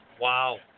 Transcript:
Wow